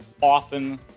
often